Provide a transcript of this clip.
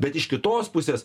bet iš kitos pusės